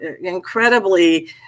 incredibly